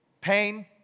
pain